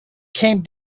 came